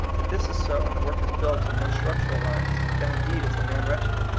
if this is so, and the work is built on no structural lines, then indeed is the man wretched.